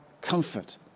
comfort